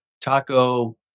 taco